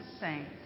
saints